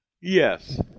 Yes